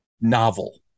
novel